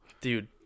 dude